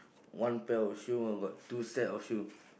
one pair of shoe one got two set of shoe